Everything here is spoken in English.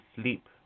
sleep